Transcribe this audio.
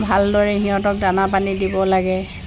ভালদৰে সিহঁতক দানা পানী দিব লাগে